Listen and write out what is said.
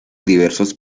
diversos